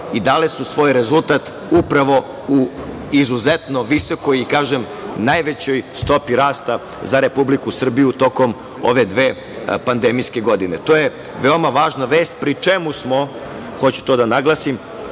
i dale su svoj rezultat upravo u izuzetno visokoj, kažem, najvećoj stopi rasta za Republiku Srbiju tokom ove dve pandemijske godine. To je veoma važna vest, pri čemu smo, hoću to da naglasim,